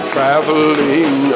Traveling